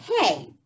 hey